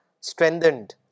strengthened